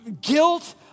guilt